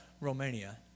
Romania